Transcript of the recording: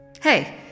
Hey